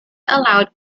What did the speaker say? allowed